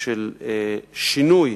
כלשהו של שינוי